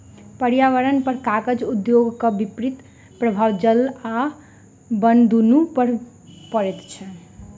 पर्यावरणपर कागज उद्योगक विपरीत प्रभाव जल आ बन दुनू पर पड़ैत अछि